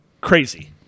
crazy